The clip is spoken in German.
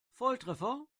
volltreffer